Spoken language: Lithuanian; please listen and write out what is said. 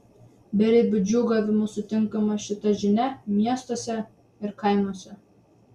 beribiu džiūgavimu sutinkama šita žinia miestuose ir kaimuose